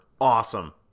awesome